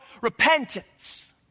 repentance